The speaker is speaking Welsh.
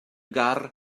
gar